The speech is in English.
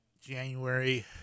January